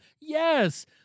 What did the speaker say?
Yes